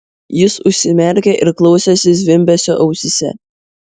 jis užsimerkė ir klausėsi zvimbesio ausyse